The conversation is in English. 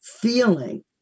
feeling